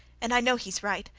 and i know he is right,